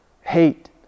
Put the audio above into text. hate